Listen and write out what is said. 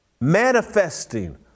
manifesting